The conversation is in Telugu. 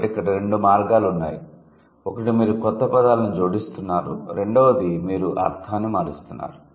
కాబట్టి ఇక్కడ రెండు మార్గాలు ఉన్నాయి ఒకటి మీరు క్రొత్త పదాలను జోడిస్తున్నారు రెండవది మీరు అర్థాన్ని మారుస్తున్నారు